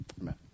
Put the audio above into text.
amen